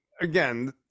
again